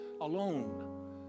alone